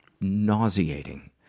nauseating